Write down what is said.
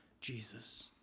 Jesus